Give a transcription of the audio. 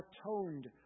atoned